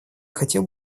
хотел